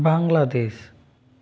Bangladesh